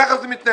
כך זה מתנהל.